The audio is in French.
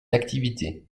activité